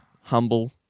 humble